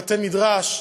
בתי-מדרש,